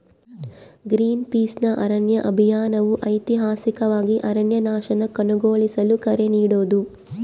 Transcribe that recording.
ಗ್ರೀನ್ಪೀಸ್ನ ಅರಣ್ಯ ಅಭಿಯಾನವು ಐತಿಹಾಸಿಕವಾಗಿ ಅರಣ್ಯನಾಶನ ಕೊನೆಗೊಳಿಸಲು ಕರೆ ನೀಡೋದು